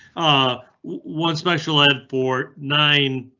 ah, one special ed for nine,